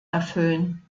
erfüllen